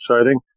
exciting